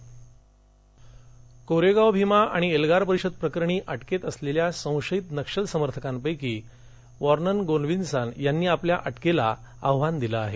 कोरेगाव खटला कोरेगाव भीमा आणि एल्गार परिषद प्रकरणी अटकेत असलेल्या संशयित नक्षल समर्थकांपैकी वर्नोन गोन्साल्विस यानं आपल्या अटकेला आव्हान दिलं आहे